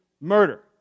murder